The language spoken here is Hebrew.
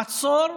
עצור,